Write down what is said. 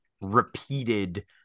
repeated